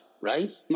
right